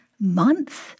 months